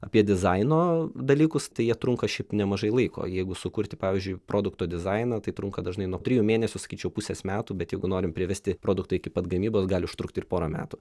apie dizaino dalykus tai jie trunka šiaip nemažai laiko jeigu sukurti pavyzdžiui produkto dizainą tai trunka dažnai nuo trijų mėnesių sakyčiau pusės metų bet jeigu norim privesti produktą iki pat gamybos gali užtrukti ir porą metų